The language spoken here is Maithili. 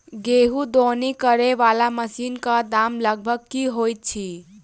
गेंहूँ दौनी करै वला मशीन कऽ दाम लगभग की होइत अछि?